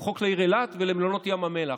הוא חוק לעיר אילת ולמלונות ים המלח.